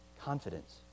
confidence